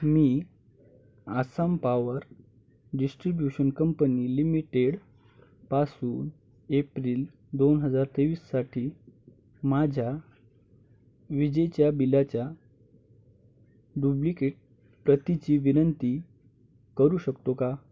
मी Assam power distribution company limited पासून April दोन हजार तेवीससाठी माझ्या विजेच्या बिलाच्या डुब्लिकेट प्रतीची विनंती करू शकतो का